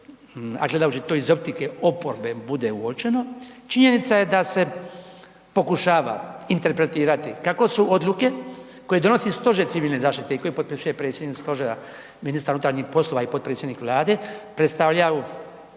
a gledajući to iz optike oporbe bude uočeno, činjenica je da se pokušava interpretirati kako su odluke koje donosi Stožer civilne zaštite i koje potpisuje predsjednik stožera, ministar unutarnjih poslova i potpredsjednik Vlade, predstavljaju